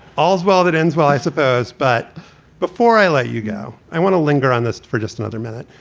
all's well that ends well, i suppose. but before i let you go, i want to linger on this for just another minute,